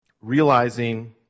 realizing